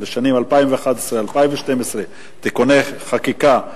לשנים 2011 ו-2012 (תיקוני חקיקה),